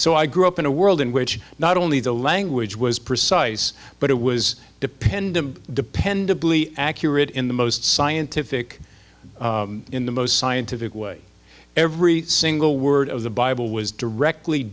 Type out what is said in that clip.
so i grew up in a world in which not only the language was precise but it was dependent dependably accurate in the most scientific in the most scientific way every single word of the bible was directly